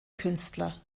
künstler